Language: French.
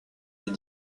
est